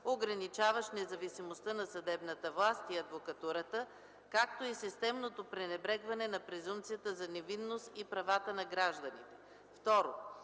ограничаващ независимостта на съдебната власт и адвокатурата, както и системното пренебрегване на презумпцията за невинност и правата на гражданите.